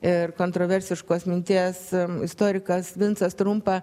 ir kontroversiškos minties istorikas vincas trumpa